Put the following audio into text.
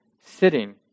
sitting